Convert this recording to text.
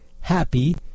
happy